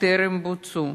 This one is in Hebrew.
שטרם בוצעו,